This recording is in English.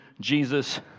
Jesus